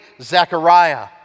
Zechariah